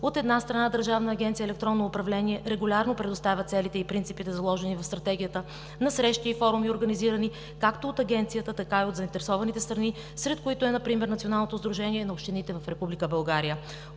От една страна, Държавна агенция „Електронно управление“ регулярно предоставя целите и принципите, заложени в Стратегията, на срещи и форуми, организирани както от Агенцията, така и от заинтересованите страни, сред които е например Националното сдружение на общините в Република България.